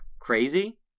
Crazy